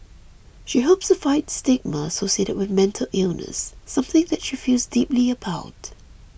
she hopes to fight stigma associated with mental illness something that she feels deeply about